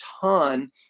ton